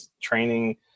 training